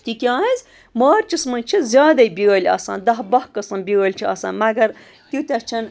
تِکیٛازِ مارچَس منٛز چھِ زیادَے بیٛٲلۍ آسان دَہ بَہہ قٕسٕم بیٛٲلۍ چھِ آسان مگر تیٖتیٛاہ چھَنہٕ